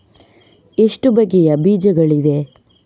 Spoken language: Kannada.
ಎಷ್ಟು ಬಗೆಯ ಬೀಜಗಳಿವೆ?